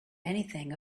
anything